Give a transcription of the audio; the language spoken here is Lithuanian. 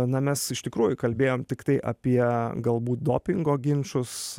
na mes iš tikrųjų kalbėjom tiktai apie galbūt dopingo ginčus